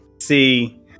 See